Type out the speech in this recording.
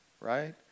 right